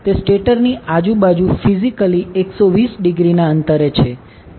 તે સ્ટેટર ની આજુબાજુ ફિઝિકલી 120 ડિગ્રીના અંતરે છે